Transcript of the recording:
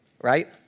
right